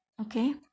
Okay